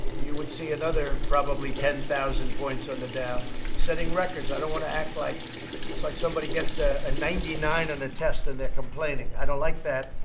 you would see another, probably, ten thousand points on the dow. we're setting records. i don't want to act like it's like somebody gets ah a ninety nine on a test and they're complaining. i don't like that.